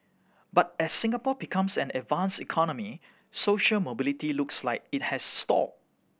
but as Singapore becomes an advanced economy social mobility looks like it has stalled